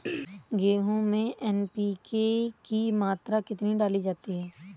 गेहूँ में एन.पी.के की मात्रा कितनी डाली जाती है?